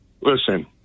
listen